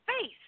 face